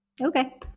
okay